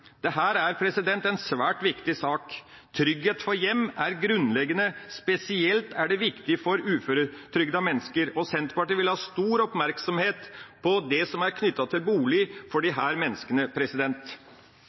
er en svært viktig sak. Trygghet for hjem er grunnleggende – spesielt er det viktig for uføretrygdede mennesker, og Senterpartiet vil ha stor oppmerksomhet på det som er knyttet til bolig for disse menneskene. De